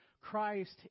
Christ